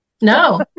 no